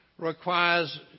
requires